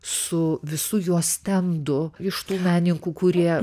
su visu jo stendu iš tų menininkų kurie